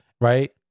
right